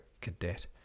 cadet